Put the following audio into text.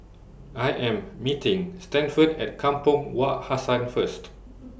I Am meeting Stanford At Kampong Wak Hassan First